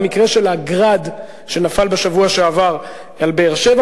במקרה של ה"גראד" שנפל בשבוע שעבר על באר-שבע,